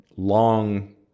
long